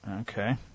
Okay